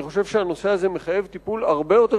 אני חושב שהנושא הזה מחייב טיפול הרבה יותר